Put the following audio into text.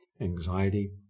anxiety